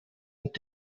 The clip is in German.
und